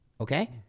okay